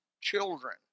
children